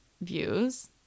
views